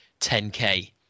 10k